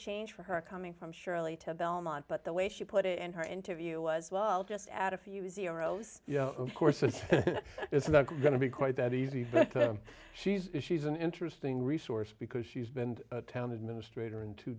change for her coming from surely to belmont but the way she put it in her interview was well just add a few easy or else yeah of course it's not going to be quite that easy but she's she's an interesting resource because she's been in town administrator in two